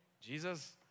Jesus